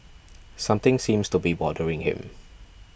something seems to be bothering him